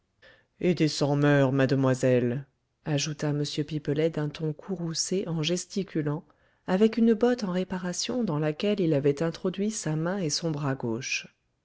et des sans moeurs mademoiselle ajouta m pipelet d'un ton courroucé en gesticulant avec une botte en réparation dans laquelle il avait introduit sa main et son bras gauches